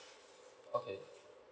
okay